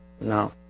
no